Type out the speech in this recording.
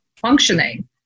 functioning